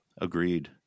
Agreed